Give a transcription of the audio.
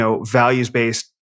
values-based